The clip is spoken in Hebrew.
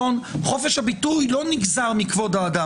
חופש הביטוי לא נגזר מכבוד האדם,